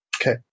Okay